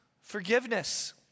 forgiveness